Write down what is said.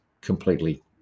completely